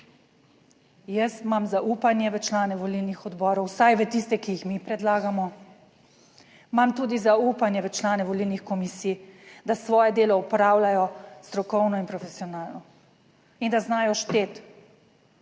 Jaz imam zaupanje v člane volilnih odborov, vsaj v tiste, ki jih mi predlagamo, imam tudi zaupanje v člane volilnih komisij, da svoje delo opravljajo strokovno in profesionalno in da znajo šteti